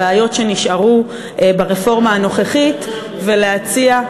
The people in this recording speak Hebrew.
את הבעיות שנשארו ברפורמה הנוכחית ולהציע,